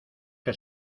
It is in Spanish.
que